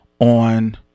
on